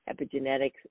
epigenetics